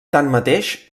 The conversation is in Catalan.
tanmateix